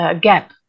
gap